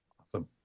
awesome